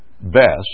best